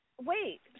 wait